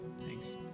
Thanks